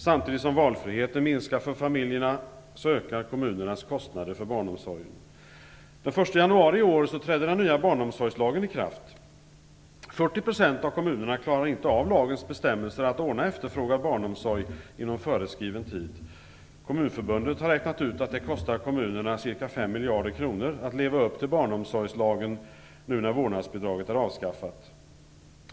Samtidigt som valfriheten minskar för familjerna ökar kommunernas kostnader för barnomsorgen. Den 1 januari i år trädde den nya barnomsorgslagen i kraft. 40 % av kommunerna klarar inte av lagens bestämmelser om att de skall ordna efterfrågad barnomsorg inom föreskriven tid. Kommunförbundet har räknat ut att det kostar kommunerna ca 5 miljarder kronor att leva upp till barnomsorgslagen nu när vårdnadsbidraget är avskaffat.